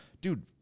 dude